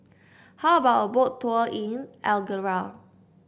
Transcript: how about a Boat Tour in Algeria